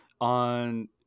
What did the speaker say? on